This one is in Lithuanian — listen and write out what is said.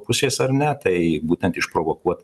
pusės ar ne tai būtent išprovokuot